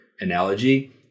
analogy